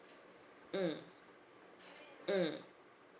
mm mm